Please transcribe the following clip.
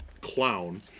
clown